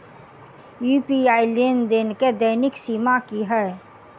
UPI लेनदेन केँ दैनिक सीमा की है?